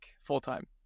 full-time